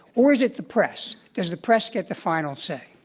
or is it the press. does the press get the final say?